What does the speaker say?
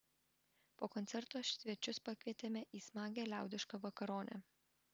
po koncerto svečius pakvietėme į smagią liaudišką vakaronę